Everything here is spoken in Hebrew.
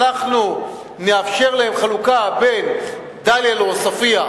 אנחנו נאפשר חלוקה בין דאליה לעוספיא,